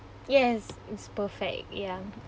yes it's perfect ya